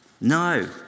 No